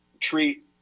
treat